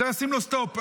צריך לשים לו סטופ.